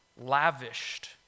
lavished